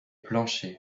plancher